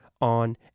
on